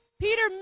Peter